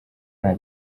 nta